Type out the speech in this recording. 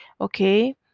okay